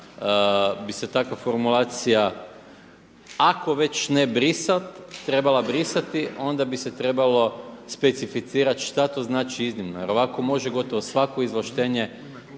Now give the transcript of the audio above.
bi se takva formulacija ako ne već brisati, trebala brisati onda bi se trebalo specificirati šta to znači iznimno. Jer ovako može gotovo svako izvlaštenje